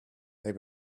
they